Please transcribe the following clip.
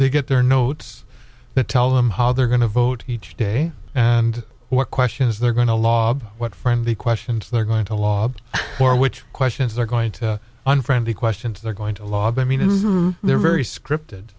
they get their notes that tell them how they're going to vote each day and what questions they're going to lob what from the questions they're going to law or which questions are going to unfriendly questions they're going to lobby i mean they're very scripted